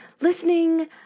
listening